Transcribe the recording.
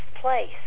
place